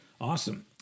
Awesome